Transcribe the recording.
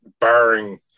barring